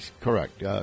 Correct